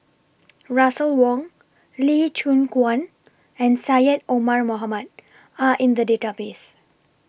Russel Wong Lee Choon Guan and Syed Omar Mohamed Are in The Database